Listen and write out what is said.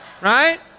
Right